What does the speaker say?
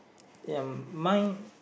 um my